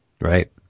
Right